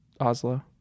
Oslo